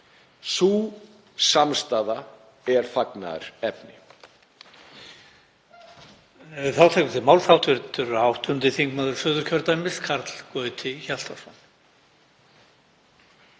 Sú samstaða er fagnaðarefni.